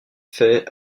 fait